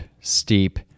steep